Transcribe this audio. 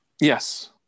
Yes